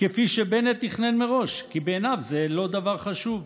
כפי שבנט תכנן מראש, כי בעיניו זה לא דבר חשוב.